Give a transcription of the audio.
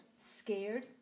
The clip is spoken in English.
scared